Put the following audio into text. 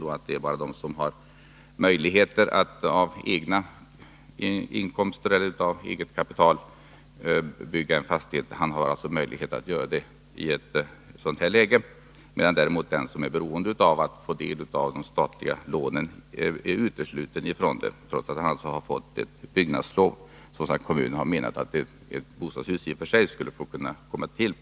Det blir då bara de som har möjlighet att med eget kapital bygga en fastighet som kan göra det, medan däremot den som är beroende av att få del av statliga lån inte kan bygga, trots att han har fått byggnadslov och kommunen menat att ett bostadshus skulle få byggas på platsen.